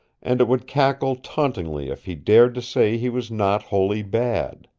and it would cackle tauntingly if he dared to say he was not wholly bad.